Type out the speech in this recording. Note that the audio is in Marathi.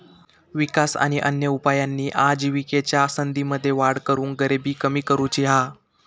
विकास आणि अन्य उपायांनी आजिविकेच्या संधींमध्ये वाढ करून गरिबी कमी करुची हा